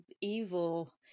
evil